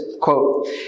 quote